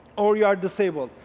or you are disabled.